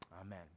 Amen